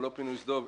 או לא פינוי שדה דב,